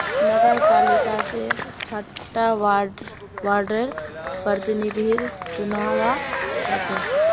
नगरपालिका से हर टा वार्डर प्रतिनिधिर चुनाव होचे